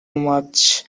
much